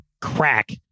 crack